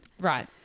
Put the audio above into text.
Right